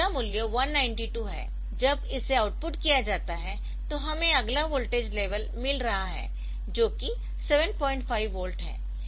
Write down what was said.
तो अगला मूल्य 192 है जब इसे आउटपुट किया जाता है तो हमें अगला वोल्टेज लेवल मिल रहा है जो की 75 वोल्ट है